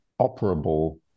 operable